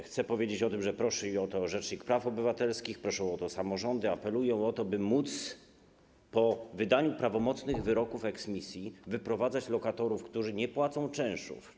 Chcę powiedzieć o tym, że prosi o to rzecznik praw obywatelskich, proszą o to samorządy, apelują o to, by móc po wydaniu prawomocnych wyroków eksmisji wyprowadzać lokatorów, którzy nie płacą czynszów.